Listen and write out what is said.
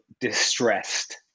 distressed